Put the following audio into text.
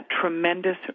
tremendous